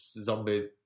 zombie